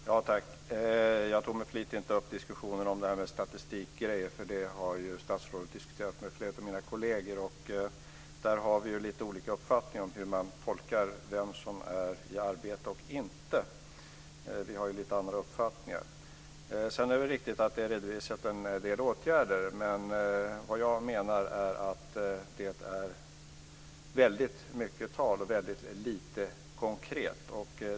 Fru talman! Det var med flit som jag inte tog upp diskussionen om statistikuppgifter, för det har statsrådet diskuterat med flera av mina kolleger. Vi har ju lite olika uppfattningar om hur man tolkar vem som är i arbete och inte. Sedan är det riktigt att det har redovisats en del åtgärder, men vad jag menar är att det är väldigt mycket tal och väldigt lite konkret.